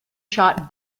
shot